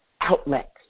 outlets